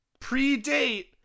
predate